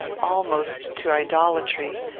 almost to idolatry,